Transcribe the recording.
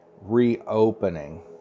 reopening